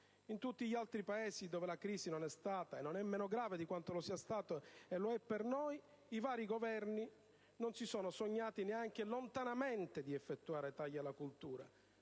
In tutti gli altri Paesi dove la crisi non è stata e non è meno grave di quanto lo sia stata e lo è per noi, i vari Governi non si sono sognati neanche lontanamente di effettuare tagli alla cultura,